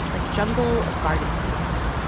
like jungle or garden scenes.